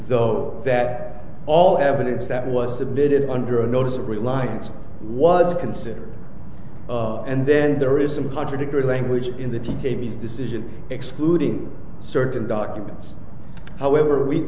so that all evidence that was submitted under a notice of reliance was considered and then there is a contradictory language in that statement decision excluding certain documents however we